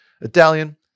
Italian